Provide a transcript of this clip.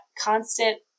constant